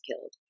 killed